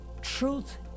Truth